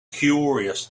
curious